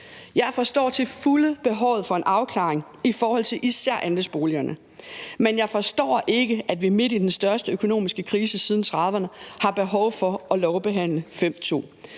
Jeg forstår til fulde behovet for en afklaring, især i forhold til andelsboligerne, men jeg forstår ikke, at vi midt i den største økonomiske krise siden 1930'erne har behov for at lovbehandle §